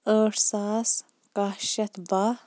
ٲٹھ ساس کہہ شیٚتھ بہہ